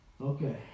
Okay